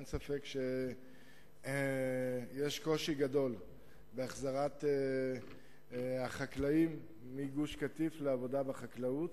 אין ספק שיש קושי גדול בהחזרת החקלאים מגוש-קטיף לעבודה בחקלאות,